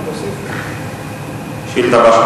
השאילתא הבאה,